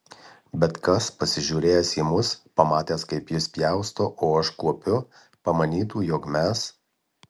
bet kas pasižiūrėjęs į mus pamatęs kaip jis pjausto o aš kuopiu pamanytų jog mes